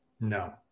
No